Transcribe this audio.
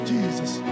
Jesus